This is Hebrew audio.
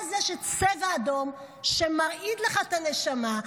ואז יש צבע אדום שמרעיד לך את הנשמה.